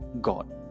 God